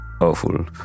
awful